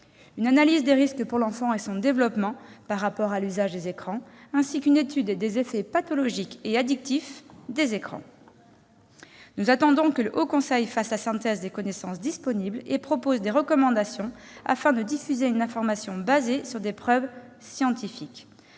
une analyse des risques pour l'enfant et son développement liés à l'usage des écrans, ainsi qu'une étude sur les effets pathologiques et addictifs des écrans. Nous attendons que le Haut Conseil fasse la synthèse des connaissances disponibles et qu'il propose des recommandations, afin de diffuser une information fondée sur des preuves scientifiques.